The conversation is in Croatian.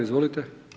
Izvolite.